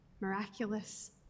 miraculous